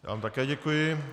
Já vám také děkuji.